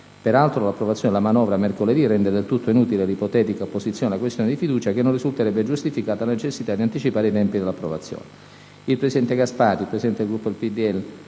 Peraltro l'approvazione della manovra mercoledì rende del tutto inutile l'ipotetica apposizione della questione di fiducia, che non risulterebbe giustificata dalla necessità di anticipare i termini dell'approvazione».